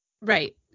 Right